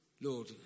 Lord